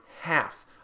half